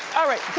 alright,